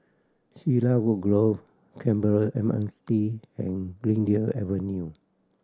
Cedarwood Grove Canberra M R T and Greendale Avenue